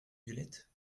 violettes